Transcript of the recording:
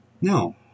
No